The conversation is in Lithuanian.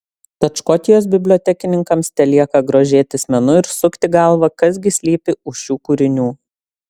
tad škotijos bibliotekininkams telieka grožėtis menu ir sukti galvą kas gi slypi už šių kūrinių